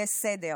שיהיה סדר.